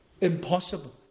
Impossible